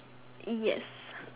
yes